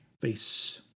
Face